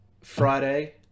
Friday